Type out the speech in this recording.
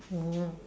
oh